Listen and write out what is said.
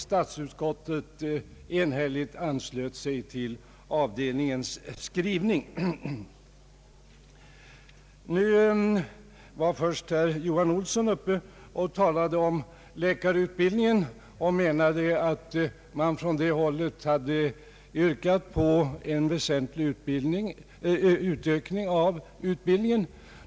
Statsutskottet anslöt sig också enhälligt till avdelningens skrivning. Herr Johan Olsson talade här först om läkarutbildningen och menade att man från det håll han företräder hade yrkat på en väsentlig utökning av utbildningen.